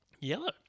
Yellow